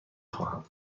خواهم